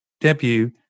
debut